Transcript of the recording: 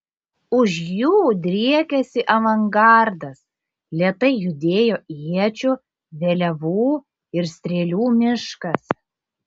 už jų driekėsi avangardas lėtai judėjo iečių vėliavų ir strėlių miškas